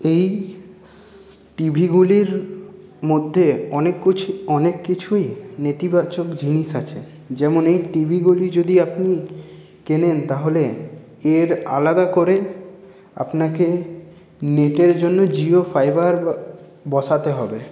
এই টিভিগুলির মধ্যে অনেক কিছু অনেক কিছুই নেতিবাচক জিনিস আছে যেমন এই টিভিগুলি যদি আপনি কেনেন তাহলে এর আলাদা করে আপনাকে নেটের জন্য জিও ফাইবার বসাতে হবে